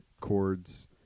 chords